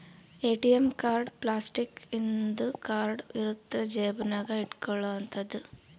ATM card plastic ಇಂದು card ಇರುತ್ತ ಜೇಬ ನಾಗ ಇಟ್ಕೊಲೊ ಅಂತದು